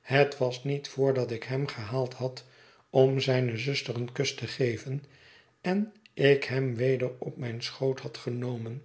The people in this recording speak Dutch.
het was niet voordat ik hem genaaid had om zijne zuster een kus te geven en ik hem weder op mijn schoot had genomen